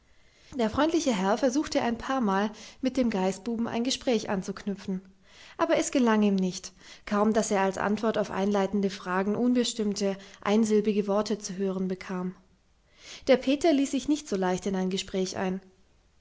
der freundliche herr versuchte ein paarmal mit dem geißbuben ein gespräch anzuknüpfen aber es gelang ihm nicht kaum daß er als antwort auf einleitende fragen unbestimmte einsilbige worte zu hören bekam der peter ließ sich nicht so leicht in ein gespräch ein